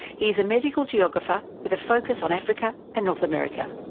he is a medical geographer with a focus on africa and north america.